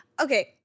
okay